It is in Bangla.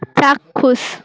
চাক্ষুষ